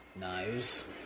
Knives